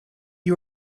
you